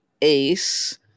Ace